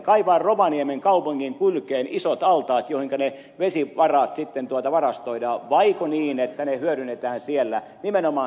kaivaa rovaniemen kaupungin kylkeen isot altaat joihinka ne vesivarat sitten tuolta varastoidaan vaiko niin että ne hyödynnetään siellä nimenomaan säätövoimaksi